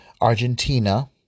Argentina